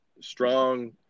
strong